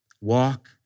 walk